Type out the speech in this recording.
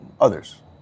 others